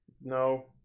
no